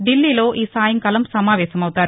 ధిల్లీలో ఈ సాయంకాలం సమావేశమవుతారు